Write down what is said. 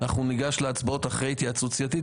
אנחנו ניגש להצבעות אחרי התייעצות סיעתית,